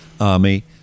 army